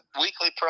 weekly